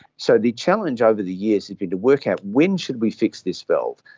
so the challenge over the years has been to work out when should we fix this valve.